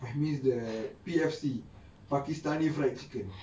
I miss the P_F_C paskintani fried chicken